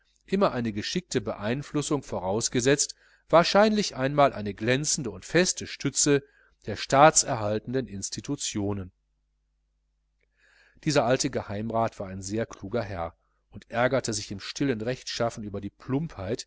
immer eine geschickte beeinflussung vorausgesetzt wahrscheinlich einmal eine glänzende und feste stütze der staatserhaltenden institutionen dieser alte geheimrat war ein sehr kluger herr und ärgerte sich im stillen rechtschaffen über die plumpheit